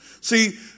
See